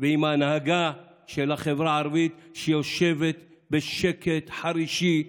ועם ההנהגה של החברה הערבית, שיושבת בשקט, חרישית,